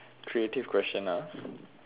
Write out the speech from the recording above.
creative question ah